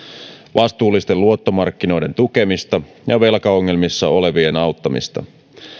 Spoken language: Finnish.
vastuullisten luottomarkkinoiden tukemista ja velkaongelmissa olevien auttamista